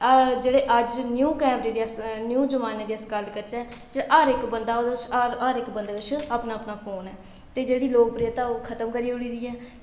जेह्ड़े अज्ज न्यू कैमरे दी अस न्यू जमान्ने दी अस गल्ल करचै ते हर बंदा ते हर बंदे कश अपना अपना फोन ऐ ते जेह्ड़ी लोकप्रियता ओह् खतम करी ओड़ी दी ऐ